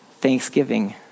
Thanksgiving